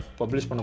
publish